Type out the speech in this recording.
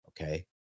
okay